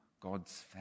God's